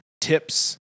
tips